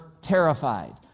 terrified